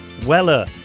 Weller